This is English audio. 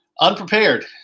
unprepared